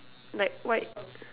like white